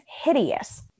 hideous